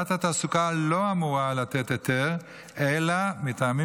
ועדת התעסוקה לא אמורה לתת היתר אלא מטעמים